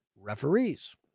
Referees